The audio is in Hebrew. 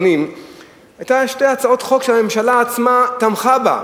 האחרונים היו שתי הצעות חוק שהממשלה עצמה תמכה בהן,